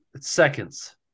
Seconds